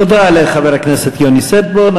תודה לחבר הכנסת יוני שטבון.